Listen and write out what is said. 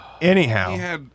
Anyhow